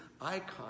icon